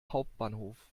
hauptbahnhof